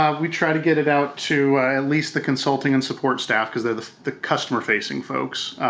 um we try to get it out to at least the consulting and support staff because they're the the customer facing folks.